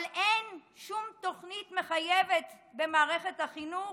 אבל אין שום תוכנית מחייבת במערכת החינוך